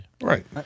Right